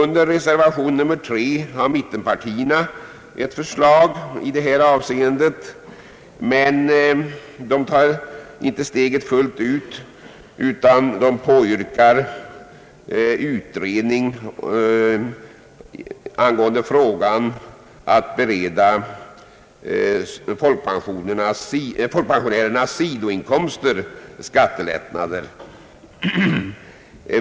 I reservation nr 3 har mittenpartierna ett förslag som innebär att reservanterna inte vill ta steget fullt ut utan begär en utredning om skattelättnader för folkpensionärernas sidoinkomster.